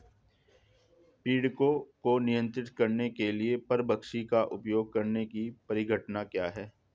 पीड़कों को नियंत्रित करने के लिए परभक्षी का उपयोग करने की परिघटना क्या है?